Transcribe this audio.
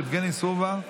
יבגני סובה,